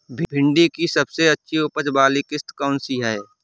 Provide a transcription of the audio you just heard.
भिंडी की सबसे अच्छी उपज वाली किश्त कौन सी है?